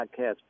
podcast